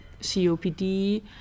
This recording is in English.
COPD